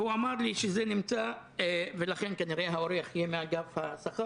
ולכן כנראה --- יהיה מאגף השכר,